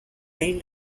rail